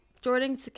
jordan